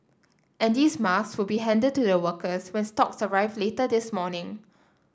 and these masks will be handed to the workers when stocks arrive later this morning